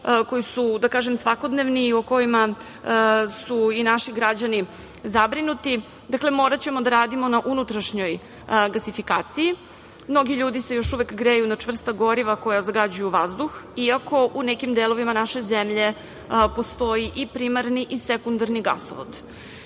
koji su, da kažem, svakodnevni, o kojima su i naši građani zabrinuti. Dakle, moraćemo da radimo na unutrašnjoj gasifikaciji. Mnogi ljudi se još uvek greju na čvrsta goriva koja zagađuju vazduh, iako u nekim delovima naše zemlje postoji i primarni i sekundarni gasovod.